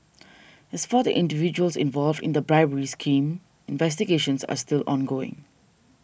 as for the individuals involved in the bribery scheme investigations are still ongoing